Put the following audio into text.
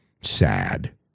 sad